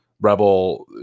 rebel